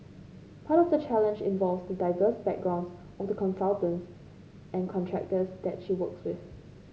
part of the challenge involves the diverse backgrounds of the consultants and contractors that she works with